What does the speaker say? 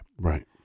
Right